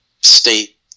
state